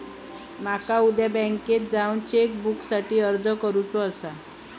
माका उद्या बँकेत जाऊन चेक बुकसाठी अर्ज करुचो आसा